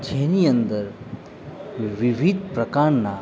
જેની અંદર વિવિધ પ્રકારના